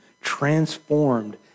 transformed